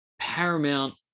paramount